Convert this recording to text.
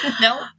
no